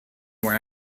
where